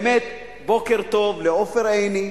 באמת, בוקר טוב לעופר עיני,